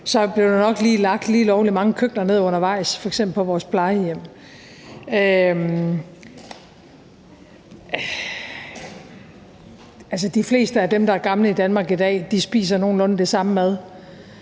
så blev der nok nedlagt lige lovlig mange køkkener undervejs, f.eks. på vores plejehjem. Altså, de fleste af dem, der er gamle i Danmark i dag, spiser nogenlunde den samme mad,